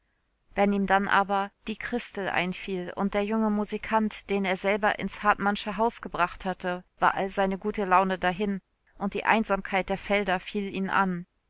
wenn ihm dann aber die christel einfiel und der junge musikant den er selber ins hartmannsche haus gebracht hatte war all seine gute laune dahin und die einsamkeit der felder fiel ihn an